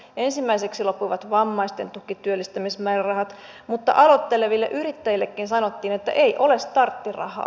ensimmäiseksi loppuivat vammaisten tukityöllistämismäärärahat mutta aloitteleville yrittäjillekin sanottiin että ei ole starttirahaa